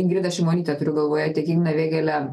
ingridą šimonytę turiu galvoje tik igną vėgėlę